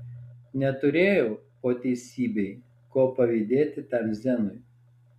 neturėjau po teisybei ko pavydėti tam zenui